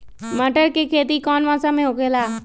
मटर के खेती कौन मौसम में होखेला?